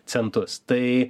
centus tai